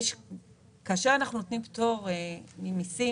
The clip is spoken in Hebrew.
כאשר אנחנו נותנים פטור ממיסים,